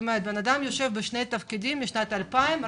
בן אדם יושב בשני תפקידים משנת 2000,